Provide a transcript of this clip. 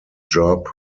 job